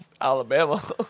Alabama